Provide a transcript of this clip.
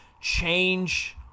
change